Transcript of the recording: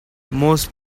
most